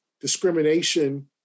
discrimination